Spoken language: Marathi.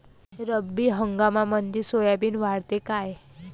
रब्बी हंगामामंदी सोयाबीन वाढते काय?